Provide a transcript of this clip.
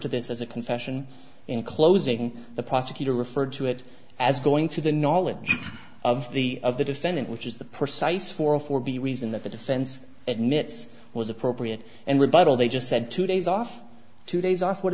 to this as a confession in closing the prosecutor referred to it as going to the knowledge of the of the defendant which is the precise form for b reason that the defense admits was appropriate and rebuttal they just said two days off two days off what